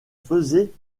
faisait